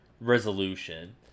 resolution